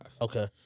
Okay